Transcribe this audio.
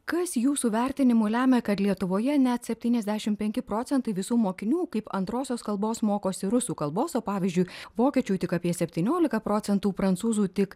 kas jūsų vertinimu lemia kad lietuvoje net septyniasdešim penki procentai visų mokinių kaip antrosios kalbos mokosi rusų kalbos o pavyzdžiui vokiečių tik apie septyniolika procentų prancūzų tik